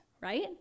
right